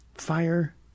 fire